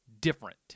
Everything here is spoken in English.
different